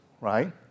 right